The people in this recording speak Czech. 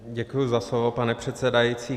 Děkuji za slovo, pane předsedající.